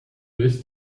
ist